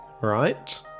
right